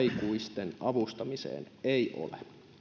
aikuisten avustamiseen ei ole